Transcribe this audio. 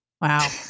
Wow